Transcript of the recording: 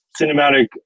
cinematic